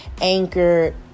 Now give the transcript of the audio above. anchored